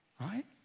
Right